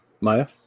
Maya